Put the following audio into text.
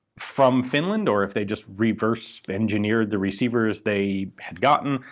from finland, or if they just reverse engineered the receivers they had gotten.